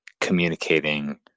communicating